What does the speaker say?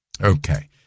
Okay